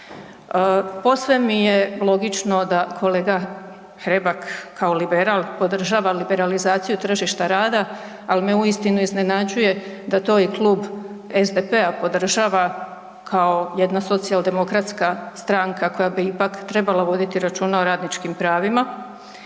Posve mi je logično da kolega Hrebak kao liberal podržava liberalizaciju tržišta rada, ali me uistinu iznenađuje da to i klub SDP-a podržava kao jedna socijaldemokratska stranka koja bi ipak trebala voditi računa o radničkim pravima.